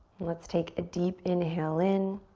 let's take a deep inhale in.